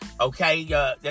okay